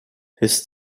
his